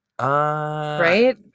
Right